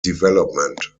development